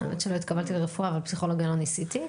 האמת שלא התקבלתי לרפואה אבל פסיכולוגיה לא ניסיתי.